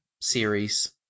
series